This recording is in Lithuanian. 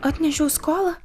atnešiau skolą